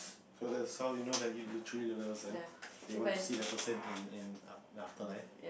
so that's how know that you literally love that person that you want to see that person in in um the afterlife